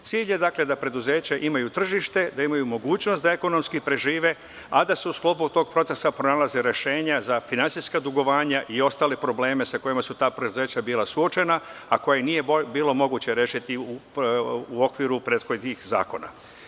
Cilj je dakle, da preduzeća imaju tržište da imaju mogućnost da ekonomski prežive, a da su u sklopu tog procesa nalaze rešenja za finansijska dugovanja i ostale probleme sa kojima su ta preduzeća bila suočena, a koja nije bilo moguće rešiti u okviru prethodnih zakona.